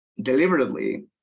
deliberately